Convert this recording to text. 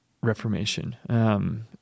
reformation